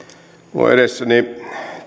minulla on edessäni